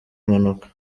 mpanuka